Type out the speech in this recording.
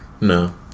No